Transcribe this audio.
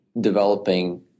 developing